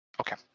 Okay